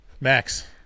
Max